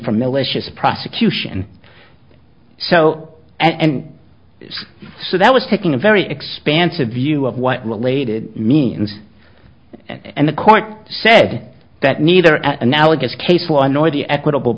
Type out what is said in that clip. for militias prosecution so and so that was taking a very expansive view of what related means and the court said that neither analogous case law nor the equitable